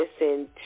listen